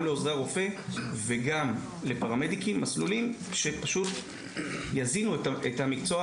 לעוזרי רופא וגם לפרמדיקים מסלולים שיזינו את המקצוע